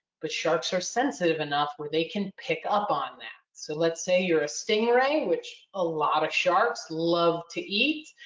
but sharks are sensitive enough where they can pick up on that. so let's say you're a stingray, which a lot of sharks love to eat.